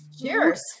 Cheers